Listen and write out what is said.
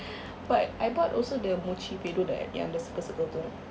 but I bought also the mochi punya dough the like circle circle tu